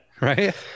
Right